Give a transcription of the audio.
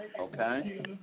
Okay